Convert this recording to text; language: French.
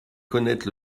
connaître